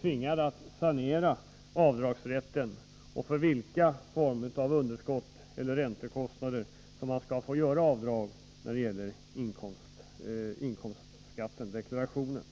tvingad att sanera avdragsrätten och reglerna för vilka slags underskott eller räntekostnader som skall få dras av från inkomsten i deklarationen.